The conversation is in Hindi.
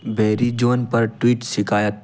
बेरिज़ोन पर ट्वीट शिकायत